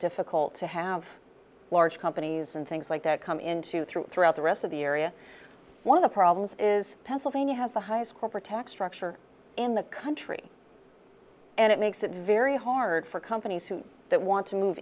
difficult to have large companies and things like that come into through throughout the rest of the area one of the problems is pennsylvania has the highest corporate tax structure in the country and it makes it very hard for companies who that want to move